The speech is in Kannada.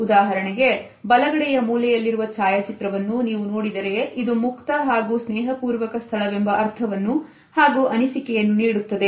ಉದಾಹರಣೆಗೆ ಬಲಗಡೆಯ ಮೂಲೆಯಲ್ಲಿರುವ ಛಾಯಾಚಿತ್ರವನ್ನು ನೀವು ನೋಡಿದರೆ ಇದು ಮುಕ್ತ ಹಾಗೂ ಸ್ನೇಹಪೂರ್ವಕ ಸ್ಥಳವೆಂಬ ಅರ್ಥವನ್ನು ಹಾಗೂ ಅನಿಸಿಕೆಯನ್ನು ನೀಡುತ್ತದೆ